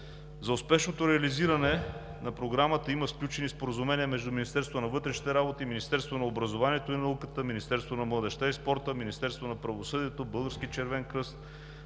За успешното реализиране на Програмата има сключени споразумения между Министерството на вътрешните работи, Министерството на образованието и науката, Министерството на младежта и спорта, Министерството на правосъдието, Българския червен кръст,